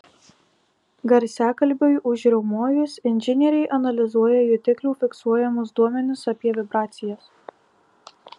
garsiakalbiui užriaumojus inžinieriai analizuoja jutiklių fiksuojamus duomenis apie vibracijas